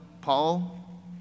Paul